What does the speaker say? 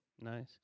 Nice